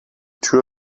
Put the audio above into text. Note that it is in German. tür